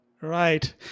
Right